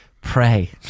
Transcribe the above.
pray